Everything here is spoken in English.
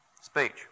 speech